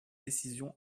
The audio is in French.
décision